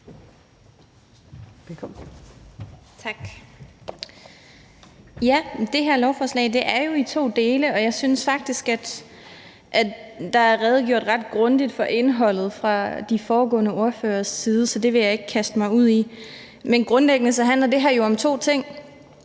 det her lovforslag er jo i to dele, og jeg synes faktisk, at der er redegjort ret grundigt for indholdet fra de foregående ordføreres side, så det vil jeg ikke kaste mig ud i. Men grundlæggende handler det her jo om to ting.